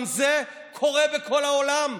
גם זה קורה בכל העולם?